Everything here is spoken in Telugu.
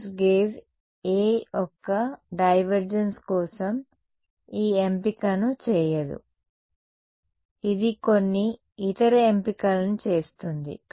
ఏ కూలంబ్స్ గేజ్ A యొక్క డైవర్జెన్స్ కోసం ఈ ఎంపికను చేయదు ఇది కొన్ని ఇతర ఎంపికలను చేస్తుంది